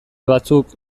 batzuk